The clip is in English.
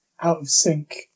out-of-sync